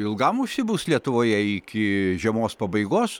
ilgam užsibus lietuvoje iki žiemos pabaigos